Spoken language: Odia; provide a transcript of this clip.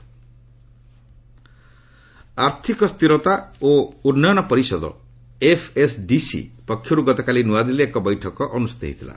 ଫାଇନାନୁଆଲ୍ ଆର୍ଥିକ ସ୍ଥରତା ଓ ବିକାଶ ପରିଷଦ ଏଫ୍ଏସ୍ଡିସି ପକ୍ଷରୁ ଗତକାଲି ନୂଆ ଦିଲ୍ଲୀରେ ଏକ ବୈଠକ ଅନୁଷ୍ଠିତ ହୋଇଥିଲା